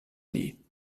nie